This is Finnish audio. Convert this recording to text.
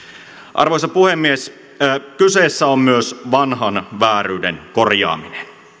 arvoisa puhemies kyseessä on myös vanhan vääryyden korjaaminen